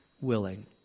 willing